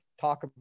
talk